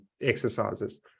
exercises